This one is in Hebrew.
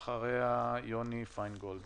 מנכ"לית תיאטרון גשר, ואחריה יוני פיינגולד.